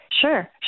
Sure